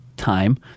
time